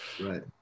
Right